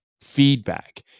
feedback